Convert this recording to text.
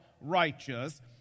righteous